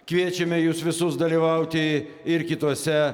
kviečiame jus visus dalyvauti ir kituose